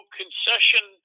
concession